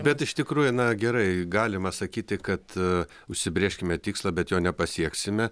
bet iš tikrųjų na gerai galima sakyti kad užsibrėžkime tikslą bet jo nepasieksime